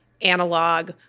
analog